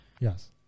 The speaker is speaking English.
yes